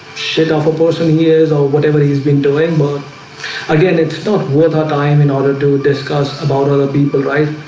shit of a person years or whatever he's been doing. but again, it's not worth our time in order to discuss about other people, right?